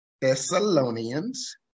Thessalonians